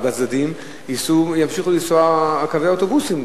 אבל בצדדים ימשיכו לנסוע קווי האוטובוסים,